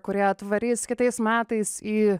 kurie atvarys kitais metais į